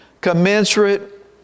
commensurate